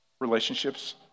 relationships